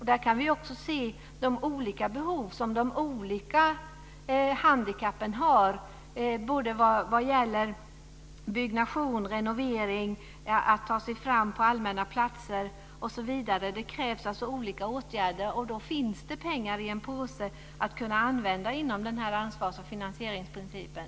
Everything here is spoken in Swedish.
Där kan vi också se de olika behov som personer med olika handikapp har vad gäller byggnation, renovering, att ta sig fram på allmänna platser osv. Det krävs alltså olika åtgärder. Då finns det pengar i en påse som man kan använda inom den här ansvars och finansieringsprincipen.